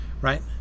Right